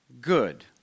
good